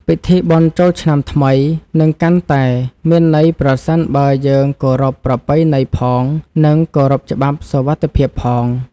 ពិធីបុណ្យចូលឆ្នាំថ្មីនឹងកាន់តែមានន័យប្រសិនបើយើងគោរពប្រពៃណីផង និងគោរពច្បាប់សុវត្ថិភាពផង។